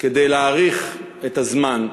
כדי להאריך את הזמן.